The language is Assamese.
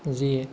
যিয়ে